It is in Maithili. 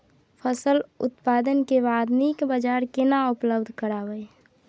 फसल उत्पादन के बाद नीक बाजार केना उपलब्ध कराबै?